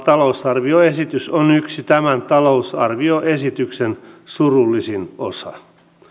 talousarvioesitys on yksi tämän talousarvioesityksen surullisin osa